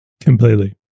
Completely